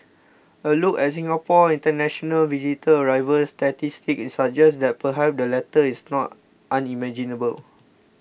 a look at Singapore's international visitor arrival statistics suggest that perhaps the latter is not unimaginable